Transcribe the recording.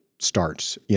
starts